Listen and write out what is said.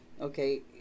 Okay